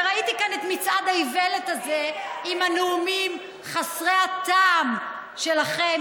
וראיתי כאן את מצעד האיוולת הזה עם הנאומים חסרי הטעם שלכם,